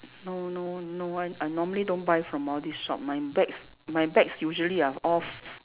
no no no I'm I normally don't buy from all this shop my bags my bags usually are off